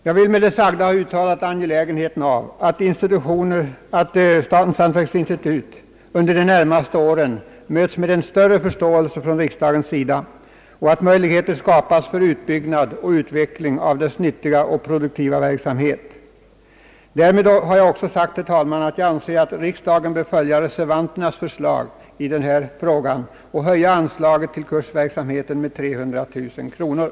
Jag vill med det sagda ha uttalat angelägenheten av att statens hantverksinstitut under de närmaste åren mötes med en större förståelse från riksdagens sida och att möjligheter skapas för utbyggnad och utveckling av dess nyttiga och produktiva verksamhet. Därmed har jag också sagt, herr talman, att jag anser att riksdagen bör följa reservanternas yrkande i denna fråga och höja anslaget till kursverksamhet med 300 000 kronor.